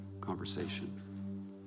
conversation